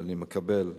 ואני מקבל,